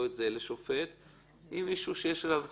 אם יש מישהו שיש עליו חקירה,